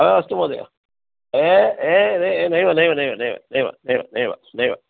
अस्तु महोदय ए ए ए नैव नैव नैव नैव नैव नैव नैव नैव